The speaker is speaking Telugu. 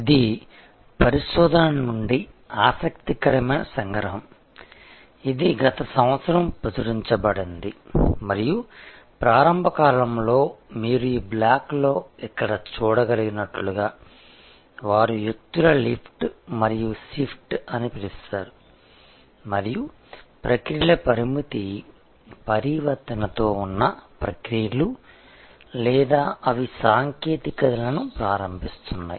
ఇది పరిశోధన నుండి ఆసక్తికరమైన సంగ్రహం ఇది గత సంవత్సరం ప్రచురించబడింది మరియు ప్రారంభ కాలంలో మీరు ఈ బ్లాక్లో ఇక్కడ చూడగలిగినట్లుగా వారు వ్యక్తుల లిఫ్ట్ మరియు షిఫ్ట్ అని పిలుస్తారు మరియు ప్రక్రియల పరిమిత పరివర్తనతో ఉన్న ప్రక్రియలు లేదా అవి సాంకేతికతలను ప్రారంభిస్తున్నాయి